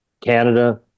Canada